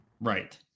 Right